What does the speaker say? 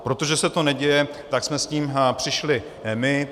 Protože se to neděje, tak jsme s tím přišli my.